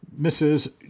Mrs